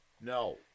No